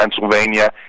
Pennsylvania